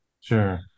Sure